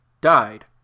died